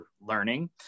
learning